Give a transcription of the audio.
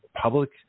public